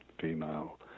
female